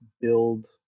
build